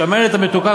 השמנת המתוקה,